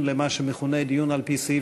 בעד, 15,